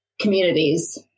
communities